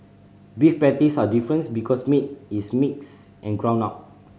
beef patties are difference because meat is mixed and ground up